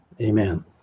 amen